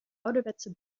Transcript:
ouderwetse